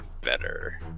better